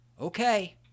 Okay